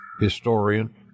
historian